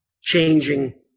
changing